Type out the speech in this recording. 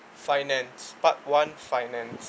finance part one finance